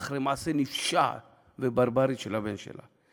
אחרי מעשה נפשע וברברי של הבן שלה.